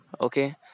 Okay